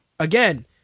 Again